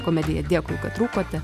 komedija dėkui kad rūkote